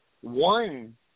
one